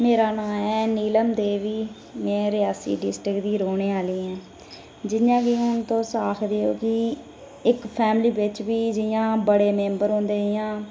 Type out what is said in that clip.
मेरा नां ऐ नीलम देवी मैं रियासी डिस्ट्रिक्ट दी रौहने आहली आं जियां कि हून तुस आखदे ओ कि इक इक फैमिली बिच बी जियां बड़े मेम्बर होंदे जियां